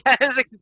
Yes